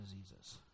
diseases